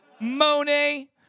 Monet